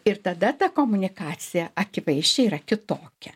ir tada ta komunikacija akivaizdžiai yra kitokia